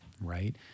right